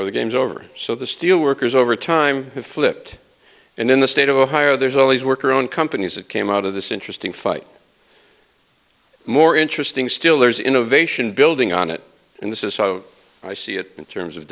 or the game's over so the steel workers over time have flipped and in the state of ohio there's always work or own companies that came out of this interesting fight more interesting still there's innovation building on it and this is how i see it in terms of